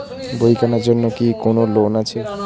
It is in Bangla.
বই কেনার জন্য কি কোন লোন আছে?